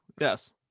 Yes